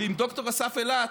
ועם ד"ר אסף אילת,